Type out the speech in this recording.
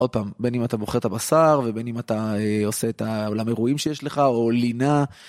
עוד פעם, בין אם אתה מוכר את הבשר, ובין אם אתה עושה את העולם האירועים שיש לך, או לינה.